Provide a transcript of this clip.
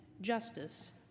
justice